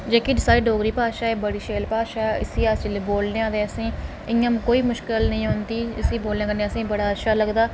जेह्की साढ़ी डोगरी भाशा ऐ एह् बड़ी शैल भाशा ऐ इसी अस जिसलै बोलनेआं तो असेंगी कोई मुश्कल नेईं औंदी इसी बोलनें कन्नै असें गी बड़ा अच्छा लगदा ऐ